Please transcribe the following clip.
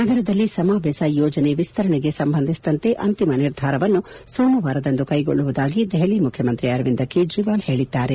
ನಗರದಲ್ಲಿ ಸಮ ಬೆಸ ಯೋಜನೆ ವಿಸ್ತರಣೆಗೆ ಸಂಬಂಧಿಸಿದಂತೆ ಅಂತಿಮ ನಿರ್ಧಾರವನ್ನು ಸೋಮವಾರದಂದು ಕೈಗೊಳ್ಳುವುದಾಗಿ ದೆಹಲಿ ಮುಖ್ಯಮಂತ್ರಿ ಅರವಿಂದ್ ಕೇಜ್ರಿವಾಲ್ ಹೇಳಿದ್ದಾರೆ